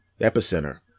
epicenter